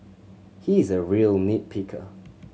he is a real nit picker